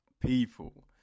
people